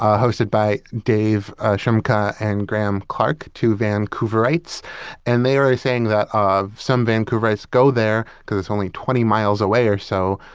ah hosted by dave shumka and graham clark two vancouverites and they are ah saying that some vancouverites go there, because it's only twenty miles away or so,